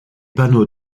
panneaux